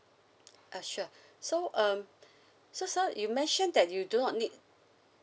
uh sure so um so sir you mentioned that you do not need